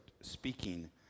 speaking